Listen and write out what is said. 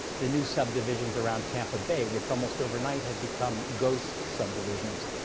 the new subdivisions around tampa bay, which almost overnight had become ghost subdivisions.